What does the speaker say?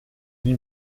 une